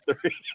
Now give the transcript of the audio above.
three